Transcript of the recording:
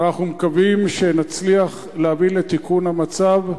ואנחנו מקווים שנצליח להביא לתיקון המצב.